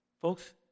Folks